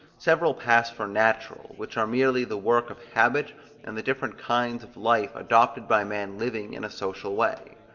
several pass for natural, which are merely the work of habit and the different kinds of life adopted by men living in a social way.